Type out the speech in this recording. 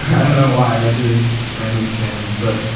i don't know why, like it was just random spamming. but